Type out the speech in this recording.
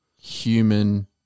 human